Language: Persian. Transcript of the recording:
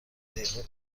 دقیقه